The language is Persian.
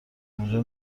اونجا